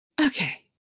Okay